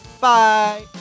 bye